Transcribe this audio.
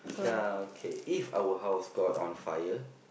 ya okay if our house got on fire